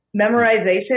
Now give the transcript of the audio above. memorization